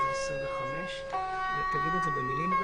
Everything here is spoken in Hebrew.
ל-14 יום, חלק ל-28 ימים.